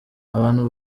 abantu